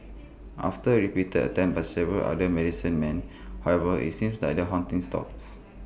after repeated attempts by several other medicine men however IT seems like the haunting stops